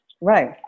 Right